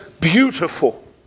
beautiful